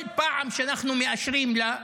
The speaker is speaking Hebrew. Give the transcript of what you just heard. כל פעם שאנחנו מאשרים לה,